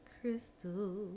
crystal